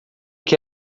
que